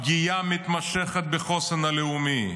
הפגיעה המתמשכת בחוסן הלאומי,